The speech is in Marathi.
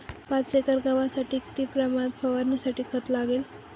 पाच एकर गव्हासाठी किती प्रमाणात फवारणीसाठी खत लागेल?